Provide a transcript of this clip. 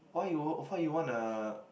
why you why you want a